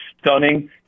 stunning